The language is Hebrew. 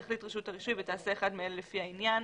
תחליט רשות הרישוי ותעשה אחד מאלה לפי העניין,